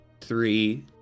three